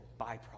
byproduct